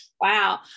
Wow